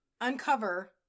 uncover